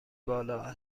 بالا